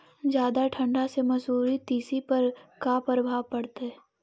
जादा ठंडा से मसुरी, तिसी पर का परभाव पड़तै?